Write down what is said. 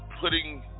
putting